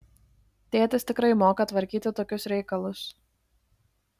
tėtis tikrai moka tvarkyti tokius reikalus